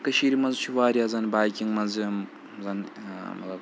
کٔشیٖرِ منٛز چھِ واریاہ زَن بایکِنٛگ منٛز یِم زَن مطلب